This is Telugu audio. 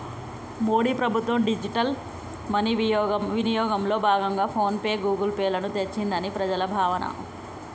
మోడీ ప్రభుత్వం డిజిటల్ మనీ వినియోగంలో భాగంగా ఫోన్ పే, గూగుల్ పే లను తెచ్చిందని ప్రజల భావన